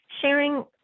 sharing